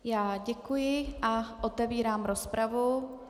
Já děkuji a otevírám rozpravu.